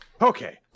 Okay